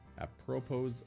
apropos